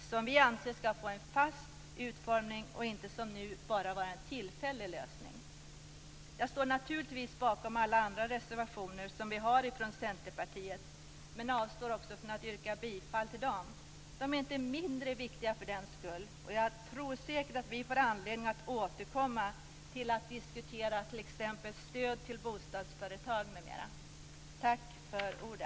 Vi anser att de skall få en fast utformning och inte, som nu, bara vara en tillfällig lösning. Jag står naturligtvis bakom alla andra reservationer som vi har från Centerpartiet, men jag avstår från att yrka bifall till dem. De är för den skull inte mindre viktiga. Jag tror säkert att vi får anledning att återkomma och diskutera stöd till bostadsföretag m.m.